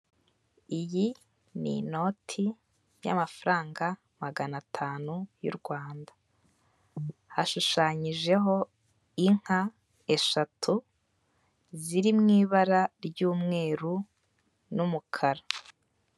Iyi ni inoti y'amafaranga magana atanu y'u Rwanda, hashushanyijeho inka eshatu ziri mu'i ibara ry'umweru n'umukara.